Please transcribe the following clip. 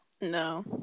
No